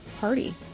party